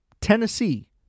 Tennessee